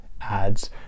ads